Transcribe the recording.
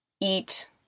eat